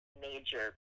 major